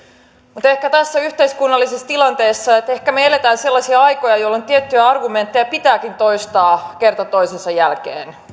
mutta ehkä tässä yhteiskunnallisessa tilanteessa me elämme sellaisia aikoja jolloin tiettyjä argumentteja pitääkin toistaa kerta toisensa jälkeen